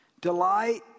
Delight